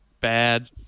bad